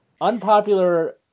Unpopular